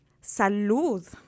salud